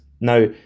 Now